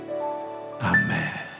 Amen